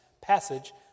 passage